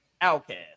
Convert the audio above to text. outcast